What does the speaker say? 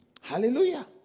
Hallelujah